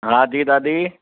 हा जी दादी